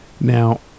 now